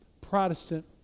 Protestant